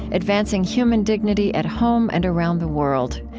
advancing human dignity at home and around the world.